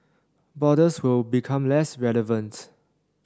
borders will become less relevant